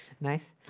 Nice